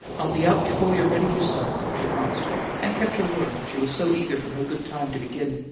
i'll be out before you're ready yourself, she promised him and kept her word, she was so eager for her good time to begin.